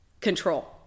control